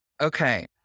Okay